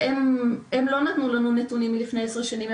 והם לא נתנו לנו נתונים מלפני עשר שנים.